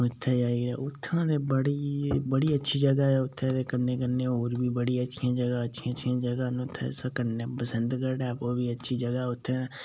उत्थै आइयै उत्थै ते बड़ी अच्छी जगह ऐ उत्थै ते कन्नै कन्नै होर बी बड़ियां अच्छियां जगह न अच्छियां अच्छियां जगह न ते उत्थै कन्नै बसंतगढ़ बी अच्छी जगह उत्थै